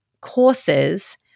courses